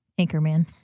Anchorman